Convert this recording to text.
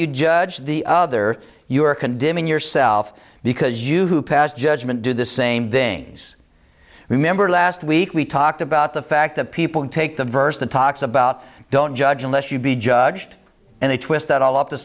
you judge the other you are condemning yourself because you who pass judgment do the same thing remember last week we talked about the fact that people who take the verse the talks about don't judge unless you be judged and they twist that all up to